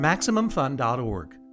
MaximumFun.org